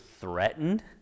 threatened